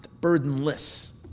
burdenless